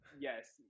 Yes